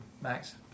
Max